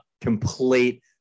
complete